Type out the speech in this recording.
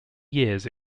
years